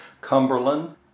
Cumberland